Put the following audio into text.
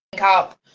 up